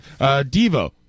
Devo